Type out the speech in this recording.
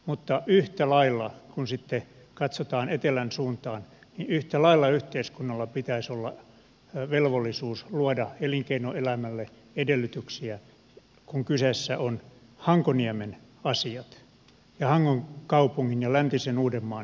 mutta yhtä lailla kun sitten katsotaan etelän suuntaan yhteiskunnalla pitäisi olla velvollisuus luoda elinkeinoelämälle edellytyksiä kun kyseessä ovat hankoniemen asiat ja hangon kaupungin ja läntisen uudenmaan tarpeet